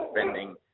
spending